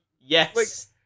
Yes